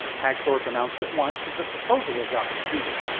hagthorpe announced at once that the proposal was opportune.